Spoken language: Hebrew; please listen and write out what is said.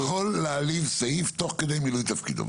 אתה יכול להעליב סעיף תוך כדי מילוי תפקידו.